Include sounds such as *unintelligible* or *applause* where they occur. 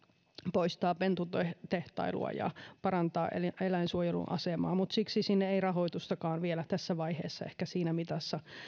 poistaa pentutehtailua ja *unintelligible* parantaa eläinsuojelun asemaa mutta siksi sinne ei rahoitustakaan vielä tässä vaiheessa ehkä siinä mitassa